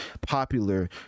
popular